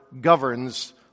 ...governs